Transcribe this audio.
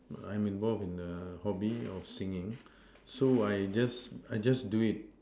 I'm involved in the hobby of singing so I just I just do it